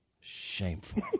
shameful